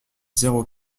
zéro